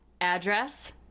address